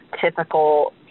typical